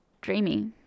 dreamy